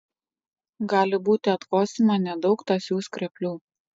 gali būti atkosima nedaug tąsių skreplių